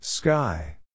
Sky